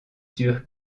sur